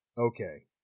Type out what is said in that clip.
Okay